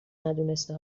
ندونسته